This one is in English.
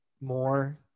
more